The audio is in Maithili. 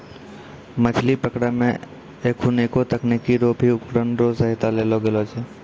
मछली पकड़ै मे एखुनको तकनीकी रो भी उपकरण रो सहायता लेलो गेलो छै